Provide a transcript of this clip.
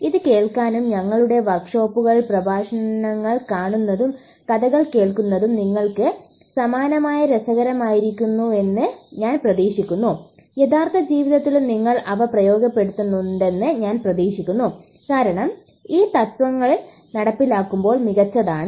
ഇത് കേൾക്കുന്നതും ഞങ്ങളുടെ വർക്ക്ഷോപ്പുകൾ പ്രഭാഷണങ്ങൾ കാണുന്നതും കഥകൾ കേൾക്കുന്നതും നിങ്ങൾക്ക് സമാനമായ രസകരമായിരുന്നുവെന്ന് ഞാൻ പ്രതീക്ഷിക്കുന്നു യഥാർത്ഥ ജീവിതത്തിലും നിങ്ങൾ അവ പ്രയോഗിക്കുന്നുണ്ടെന്ന് ഞാൻ പ്രതീക്ഷിക്കുന്നു കാരണം ഈ തത്ത്വങ്ങൾ നടപ്പിലാക്കുമ്പോൾ മികച്ചതാണ്